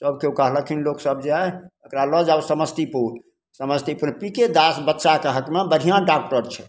सभ केओ कहलखिन लोकसभ जे अँए एकरा लै जाउ समस्तीपुर समस्तीपुरमे पी के दास बच्चाके हकमे बढ़िआँ डॉक्टर छै